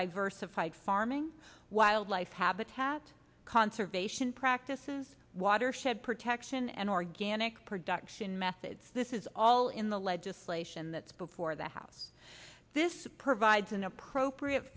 diversified farming wildlife habitat conservation practices watershed protection and organic production methods this is all in the legislation that's before the house this provides an appropriate